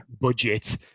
budget